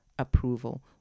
Approval